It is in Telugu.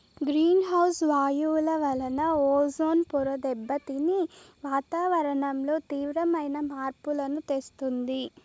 గ్రీన్ హౌస్ వాయువుల వలన ఓజోన్ పొర దెబ్బతిని వాతావరణంలో తీవ్రమైన మార్పులను తెస్తుంది